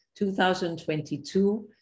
2022